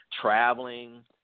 traveling